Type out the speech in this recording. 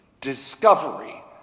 discovery